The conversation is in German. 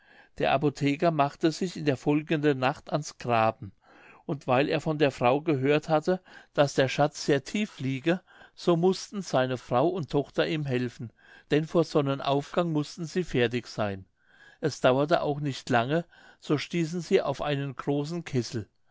der apotheker machte sich in der folgenden nacht ans graben und weil er von der frau gehört hatte daß der schatz sehr tief liege so mußten seine frau und tochter ihm helfen denn vor sonnenaufgang mußten sie fertig seyn es dauerte auch nicht lange so stießen sie auf einen großen kessel